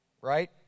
Right